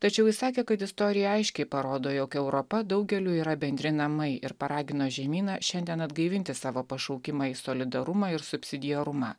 tačiau jis sakė kad istorija aiškiai parodo jog europa daugeliui yra bendri namai ir paragino žemyną šiandien atgaivinti savo pašaukimą į solidarumą ir subsidiarumą